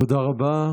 תודה רבה.